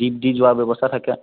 jeep দি যোৱাৰ ব্য়ৱস্থা থাকে